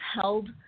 held